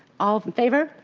all in favor,